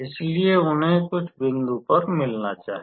इसलिए उन्हें कुछ बिंदु पर मिलना चाहिए